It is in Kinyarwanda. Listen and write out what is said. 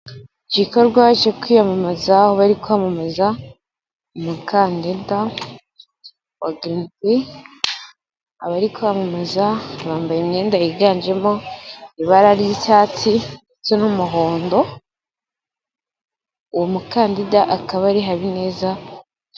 Igikorwa cyo kwiyamamaza aho bari kwamamaza, umukandida wa girini pi, abari kwamamaza bambaye imyenda yiganjemo ibara ry'icyatsi ndetse n'umuhondo, uwo mukandida akaba ari HABINEZA.